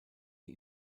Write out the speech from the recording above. die